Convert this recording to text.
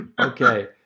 okay